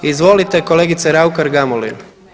Izvolite kolegice RAukar Gamulin.